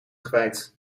kwijt